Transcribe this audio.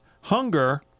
Hunger